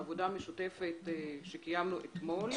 אחרי עבודה משותפת שקיימנו אתמול.